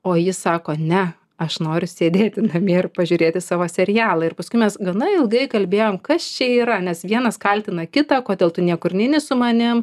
o ji sako ne aš noriu sėdėti namie ir pažiūrėti savo serialą ir paskui mes gana ilgai kalbėjom kas čia yra nes vienas kaltina kitą kodėl tu niekur neini su manim